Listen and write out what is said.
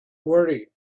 worry